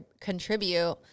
contribute